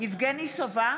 יבגני סובה,